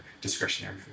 discretionary